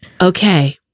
Okay